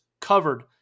covered